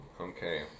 Okay